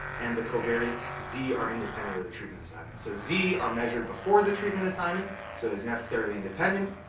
and the covariates, z, are independent of the treatment assignments. so, z are measured before the treatment assignment, so it's necessarily independent.